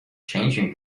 changing